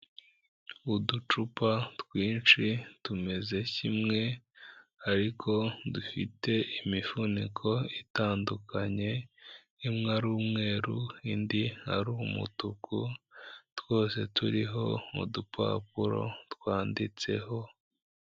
Uducupa twinshi tumeze kimwe ariko dufite imifuniko itandukanye imwe ari umweru indi ari umutuku, twose turiho mu dupapuro twanditseho,..